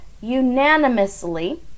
unanimously